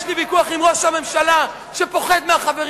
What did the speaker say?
יש לי ויכוח עם ראש הממשלה שפוחד מהחברים